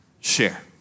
share